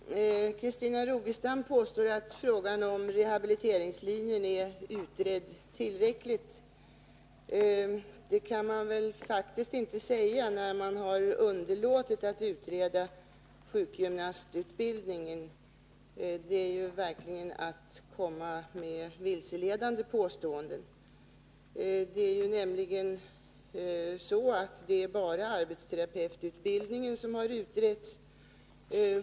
Herr talman! Christina Rogestam påstår att frågan om rehabiliteringslinjen är tillräckligt utredd. Men detta kan faktiskt inte sägas, när man underlåtit att utreda sjukgymnastutbildningen. Det är verkligen att komma med vilseledande påståenden. Det är bara arbetsterapeututbildningen som utretts.